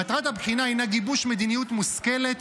מטרת הבחינה הינה גיבוש מדיניות מושכלת